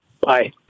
Bye